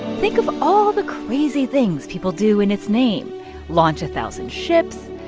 think of all the crazy things people do in its name launch a thousand ships,